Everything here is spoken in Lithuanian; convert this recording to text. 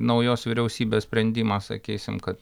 naujos vyriausybės sprendimas sakysim kad